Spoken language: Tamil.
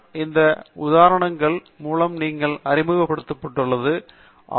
எப்படியும் அதனால் வட்டம் நான் இந்த உதாரணங்கள் மூலம் நீங்கள் அறிமுகப்படுத்தப்பட்டது முதல் ஆர்